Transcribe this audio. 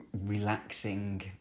relaxing